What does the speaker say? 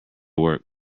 work